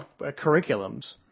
curriculums